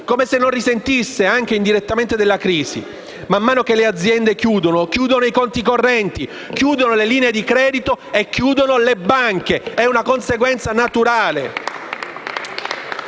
come se non risentisse direttamente della crisi. Man mano che le aziende chiudono, chiudono i conti correnti, chiudono le linee di credito e chiudono le banche. È una conseguenza naturale.